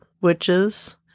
witches